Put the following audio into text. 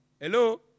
Hello